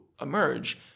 emerge